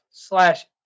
slash